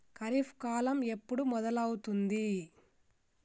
ఖరీఫ్ కాలం ఎప్పుడు మొదలవుతుంది?